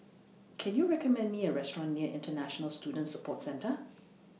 Can YOU recommend Me A Restaurant near International Student Support Centre